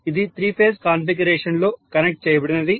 ఇది three phase configuration లో connect చేయబడినది